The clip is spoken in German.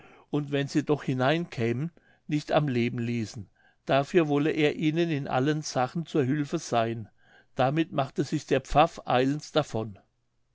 und wenn sie doch hineinkämen nicht am leben ließen dafür wolle er ihnen in allen sachen zur hülfe sein damit macht sich der pfaff eilends davon